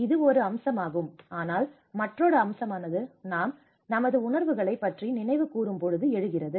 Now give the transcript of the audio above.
இது ஒரு அம்சமாகும் ஆனால் மற்றொரு அம்சமானது நாம் நமது உணர்வுகளை பற்றி நினைவு கூறும் பொழுது எழுகிறது